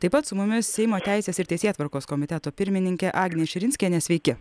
taip pat su mumis seimo teisės ir teisėtvarkos komiteto pirmininkė agnė širinskienė sveiki